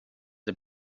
der